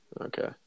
Okay